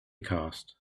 cast